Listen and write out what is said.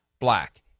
black